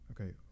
Okay